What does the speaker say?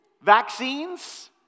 Vaccines